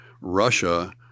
Russia